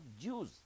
Jews